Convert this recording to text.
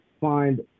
find